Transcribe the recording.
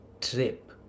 trip